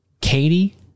Katie